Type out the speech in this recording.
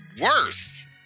worse